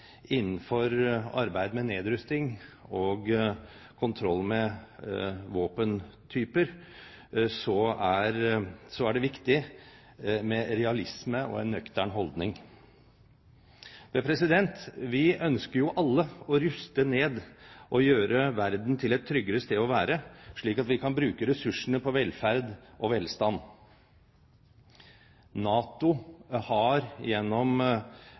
innenfor arbeidet med nedrustning og kontroll med våpentyper er det viktig med realisme og en nøktern holdning. Vi ønsker alle å ruste ned og gjøre verden til et tryggere sted å være, slik at vi kan bruke ressursene på velferd og velstand. NATO har gjennom